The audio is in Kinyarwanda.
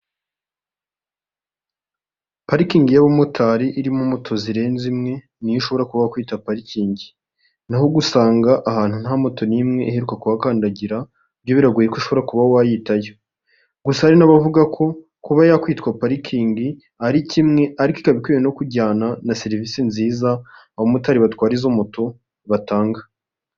Parikingi y'abamotari irimo moto zirenze imwe niyo ushobora kuba wakwita parikingi, naho gusanga ahantu nta moto n'imwe iheruka kuhakandagira byo biragoye ko ushobora kuba wayita yo. Gusa hari n'abavuga ko kuba yakwitwa parikingi ari kimwe ariko ikaba ikwiye no kujyana na serivisi nziza abamotari batwara izo moto batanga.